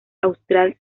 austral